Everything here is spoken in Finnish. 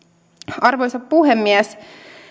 arvoisa puhemies